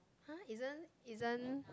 !huh! isn't isn't